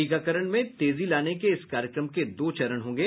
टीकाकरण में तेजी लाने के इस कार्यक्रम के दो चरण होंगे